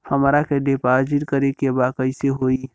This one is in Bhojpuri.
हमरा के डिपाजिट करे के बा कईसे होई?